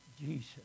Jesus